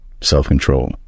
self-control